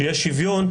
שיהיה שוויון,